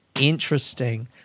interesting